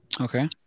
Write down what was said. okay